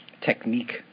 technique